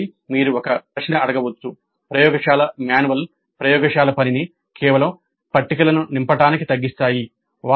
కాబట్టి మీరు ఒక ప్రశ్న అడగవచ్చు "ప్రయోగశాల మాన్యువల్లు ప్రయోగశాల పనిని కేవలం పట్టికలను నింపడానికి తగ్గిస్తాయి"